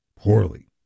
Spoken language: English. Poorly